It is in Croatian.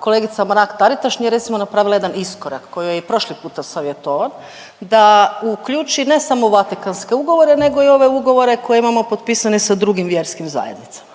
kolegica Mrak Taritaš nije recimo napravila jedan iskorak koji joj je i prošli puta savjetovan da uključi ne samo Vatikanske ugovore, nego i ove ugovore koje imamo potpisane sa drugim vjerskim zajednicama?